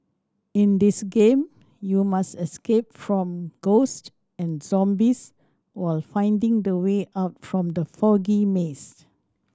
in this game you must escape from ghost and zombies while finding the way out from the foggy maze